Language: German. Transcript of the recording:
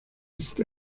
ist